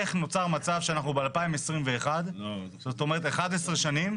איך נוצר מצב שאנחנו ב-2021, זאת אומרת 11 שנים.